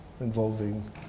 involving